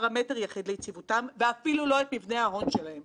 ובעניין זה אני רוצה להביע תקווה שהתפתחות השוק המוסדי,